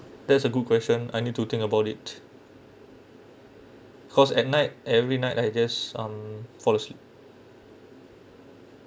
that's a good question I need to think about it cause at night every night I just um fall asleep